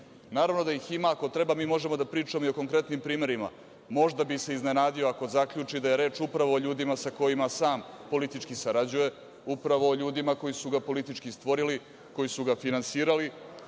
Naravno da ih ima. Ako treba, mi možemo da pričamo i o konkretnim primerima. Možda bi se iznenadio, ako zaključi, da je reč upravo o ljudima sa kojima sam politički sarađuje, upravo o ljudima koji su ga politički stvorili, koji su ga finansirali,